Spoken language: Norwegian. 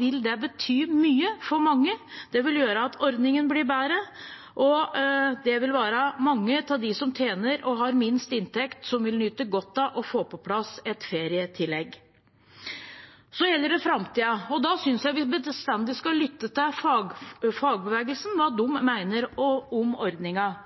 vil det bety mye for mange. Det vil gjøre at ordningen blir bedre, og det vil være mange av dem som tjener minst og har lavest inntekt, som vil nyte godt av å få på plass et ferietillegg. Så gjelder det framtiden, og da synes jeg vi bestandig skal lytte til fagbevegelsen, hva